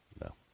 No